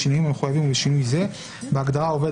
בשינויים המחויבים ובשינוי זה: בהגדרה "עובד",